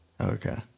Okay